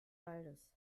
waldes